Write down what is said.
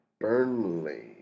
Burnley